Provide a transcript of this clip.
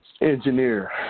engineer